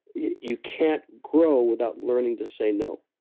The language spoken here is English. you can't grow without learning to say no.